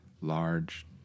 Large